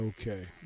okay